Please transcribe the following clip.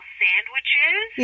sandwiches